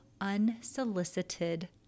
unsolicited